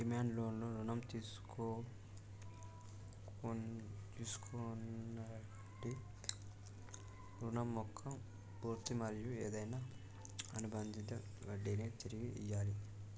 demand లోన్లు రుణం తీసుకొన్నోడి రుణం మొక్క పూర్తి మరియు ఏదైనా అనుబందిత వడ్డినీ తిరిగి ఇయ్యాలి